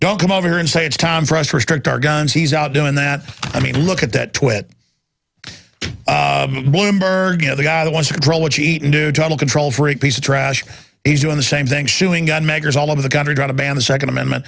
don't come over here and say it's time for us to restrict our guns he's out doing that i mean look at that twit bloomberg you know the guy they want to control what you eat and do total control freak piece of trash he's doing the same thing suing gunmakers all over the country going to ban the second amendment